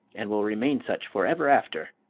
and will remain such forever after.